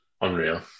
Unreal